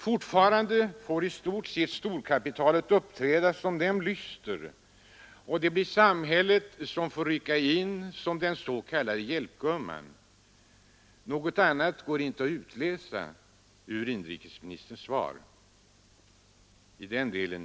Fortfarande får storkapitalisterna uppträda i stort sett som dem lyster, och samhället får rycka in som den s.k. hjälpgumman. Något annat går inte att utläsa ur inrikesministerns svar i den delen.